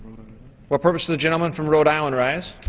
what purpose does the gentleman from rhode island rise?